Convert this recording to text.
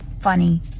funny